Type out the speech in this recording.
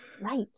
Right